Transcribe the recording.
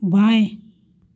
बाएँ